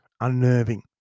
unnerving